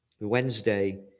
Wednesday